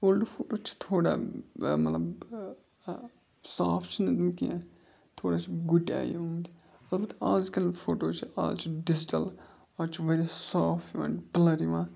old photo چھِ تھوڑا مطلب صاف چھِنہٕ یِم کیٚنٛہہ تھوڑا چھِ گۄٹۍ آیہِ یِم تہِ اَلبَتہ آز کَل فوٹو چھِ آز چھِ ڈِجِٹَل آز چھُ واریاہ صاف یِوان بٕلَر یِوان